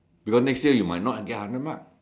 because next year you might not get hundred marks